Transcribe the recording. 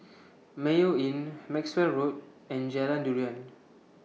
Mayo Inn Maxwell Road and Jalan Durian